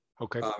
Okay